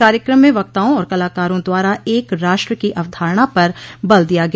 कार्यक्रम में वक्ताओं और कलाकारों द्वारा एक राष्ट्र की अवधारणा पर बल दिया गया